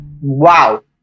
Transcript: Wow